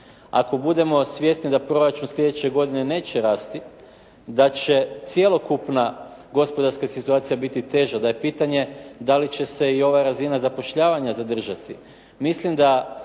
Ako budemo svjesni da proračun sljedeće godine neće rasti da će cjelokupna gospodarska situacija biti teža, da je pitanje da li će se i ova razina zapošljavanja zadržati